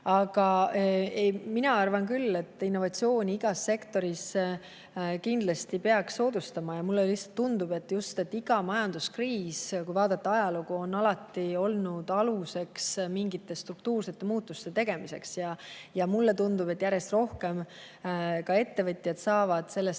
Aga mina arvan küll, et innovatsiooni igas sektoris kindlasti peaks soodustama, ja mulle lihtsalt tundub, et iga majanduskriis, kui vaadata ajalugu, on alati olnud aluseks mingite struktuursete muutuste tegemiseks. Ja mulle tundub, et järjest rohkem ka ettevõtjad saavad sellest